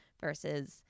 versus